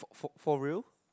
for for real